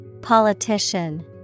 Politician